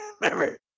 Remember